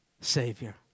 Savior